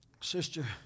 Sister